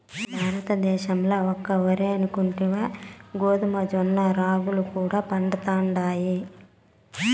భారతద్దేశంల ఒక్క ఒరే అనుకుంటివా గోధుమ, జొన్న, రాగులు కూడా పండతండాయి